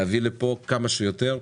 להביא לפה כמה שיותר,